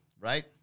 right